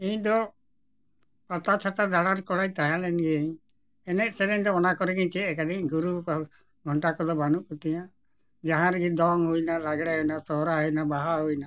ᱤᱧ ᱫᱚ ᱯᱟᱛᱟ ᱪᱷᱟᱛᱟ ᱫᱟᱬᱟᱱ ᱠᱚᱲᱟᱧ ᱛᱟᱦᱮᱸ ᱞᱮᱱ ᱜᱤᱭᱟᱹᱧ ᱮᱱᱮᱡ ᱥᱮᱨᱮᱧ ᱫᱚ ᱚᱱᱟ ᱠᱚᱨᱮᱜᱤᱧ ᱪᱮᱫ ᱟᱠᱟᱫᱟᱹᱧ ᱜᱩᱨᱩ ᱜᱷᱚᱱᱴᱟ ᱠᱚᱫᱚ ᱵᱟᱹᱱᱩᱜ ᱠᱚᱛᱤᱧᱟ ᱡᱟᱦᱟᱸ ᱨᱮᱜᱮ ᱫᱚᱝ ᱦᱩᱭᱱᱟ ᱞᱟᱜᱽᱲᱮ ᱦᱩᱭᱱᱟ ᱥᱚᱦᱚᱨᱟᱭ ᱦᱩᱭᱱᱟ ᱵᱟᱦᱟ ᱦᱩᱭᱱᱟ